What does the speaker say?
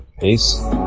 peace